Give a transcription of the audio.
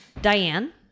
diane